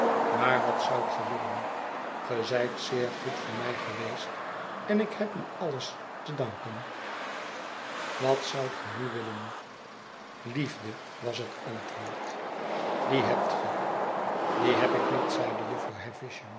maar wat zoudt ge willen ge zijt zeer goed voor mij geweest en ik heb u alles te danken wat zoudt ge nu willen liefde was het antwoord die hebt ge die heb ik niet zeide jufvrouw